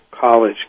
college